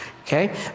Okay